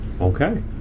Okay